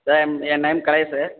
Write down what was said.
sir ஏன் name Kalai sir